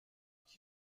qui